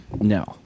No